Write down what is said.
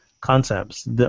concepts